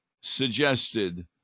suggested